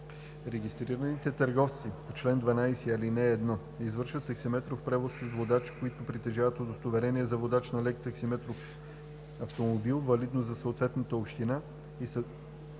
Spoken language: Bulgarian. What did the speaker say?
Регистрираните търговци по чл. 12, ал. 1 извършват таксиметров превоз с водачи, които притежават удостоверение за водач на лек таксиметров автомобил, валидно за съответната община, и са